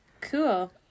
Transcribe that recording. cool